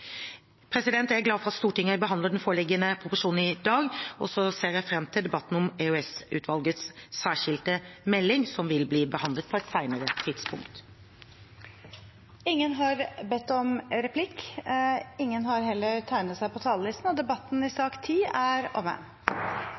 Jeg er glad for at Stortinget behandler den foreliggende proposisjonen i dag, og så ser jeg fram til debatten om EOS-utvalgets særskilte melding, som vil bli behandlet på et senere tidspunkt. Flere har ikke bedt om ordet til sak nr. 10. Etter ønske fra transport- og kommunikasjonskomiteen vil presidenten ordne debatten